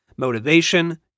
Motivation